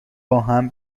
باهم